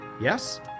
Yes